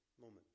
moment